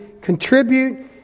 contribute